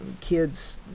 kids